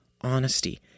honesty